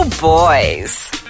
boys